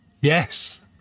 Yes